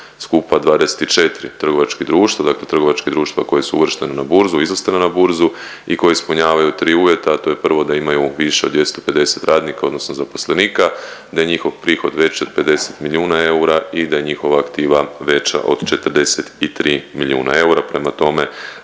skupa 24 trgovačkih društava, dakle trgovačkih društava koje se uvrštene na burzu, izlistane na burzu i koje ispunjavaju tri uvjeta, a to je prvo da imaju više od 250 radnika odnosno zaposlenika, da je njihov prihod veći od 50 milijuna eura i da je njihova aktiva veća od 43 milijuna eura. Prema tome,